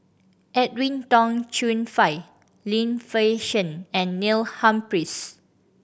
Edwin Tong Chun Fai Lim Fei Shen and Neil Humphreys